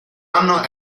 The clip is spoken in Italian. anno